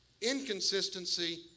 Inconsistency